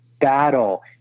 battle